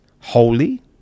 holy